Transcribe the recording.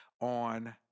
on